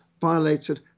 violated